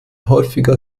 häufiger